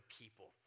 people